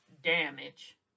damage